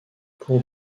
pour